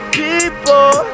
people